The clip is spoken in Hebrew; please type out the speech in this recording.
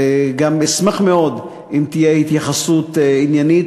וגם אשמח מאוד אם תהיה התייחסות עניינית